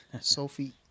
Sophie